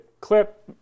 clip